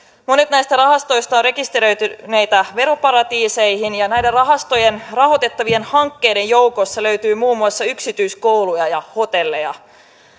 monet näistä rahastoista ovat rekisteröityineitä veroparatiiseihin ja näiden rahastojen rahoitettavien hankkeiden joukosta löytyy muun muassa yksityiskouluja ja hotelleja